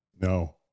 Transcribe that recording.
No